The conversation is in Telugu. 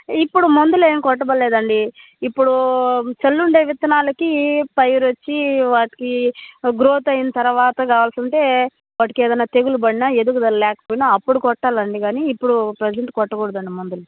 ఇప్పుడు మందులేమి కొట్టే పనిలేదండి ఇప్పుడు చల్లుండే విత్తనాలకి పైరొచ్చి వాటికీ గ్రోత్ అయిన తరువాత కావాల్సుంటే వాటికేదైనా తెగులు పడినా ఎదుగుదల లేకపోయినా అప్పుడు కొట్టాలండి కాని ఇప్పుడు ప్రజెంట్ కొట్టకూడదండి మందులు